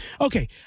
Okay